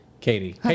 katie